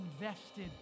invested